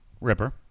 Ripper